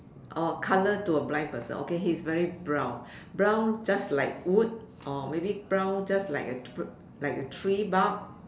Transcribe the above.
or colour to a blind person okay he's very brown brown just like wood or maybe brown just like a br~ like a tree bark